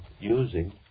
using